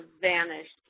vanished